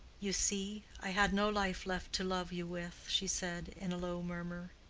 you see, i had no life left to love you with, she said, in a low murmur.